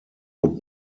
would